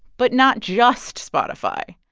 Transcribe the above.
but not just spotify.